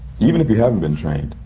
even if you haven't been trained,